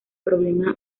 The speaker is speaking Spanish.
problema